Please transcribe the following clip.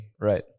right